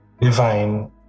divine